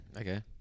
Okay